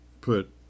put